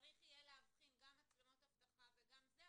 צריך יהיה להבחין מצלמות אבטחה וגם מצלמות כאלה,